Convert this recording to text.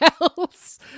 else